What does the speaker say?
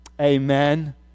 Amen